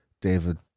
David